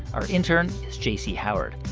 our intern is j c. howard.